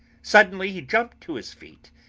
suddenly he jumped to his feet,